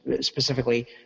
specifically –